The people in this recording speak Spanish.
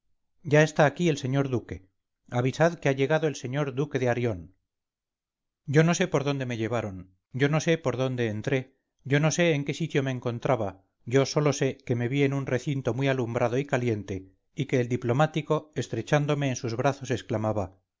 ya está aquí el señor duque avisad que ha llegado el señor duque de arión yo no sé por dónde me llevaron yo no sé por dónde entré yo no sé en qué sitio me encontraba yo sólo sé que me vi en un recinto muy alumbrado y caliente y que el diplomático estrechándome en sus brazos exclamaba